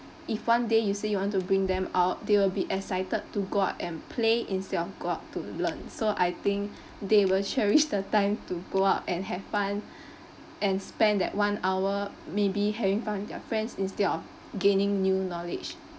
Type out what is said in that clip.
if one day you say you want to bring them out they will be excited to go out and play instead of go out to learn so I think they will cherish the time to go out and have fun and spend that one hour maybe having fun with their friends instead of gaining new knowledge